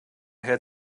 had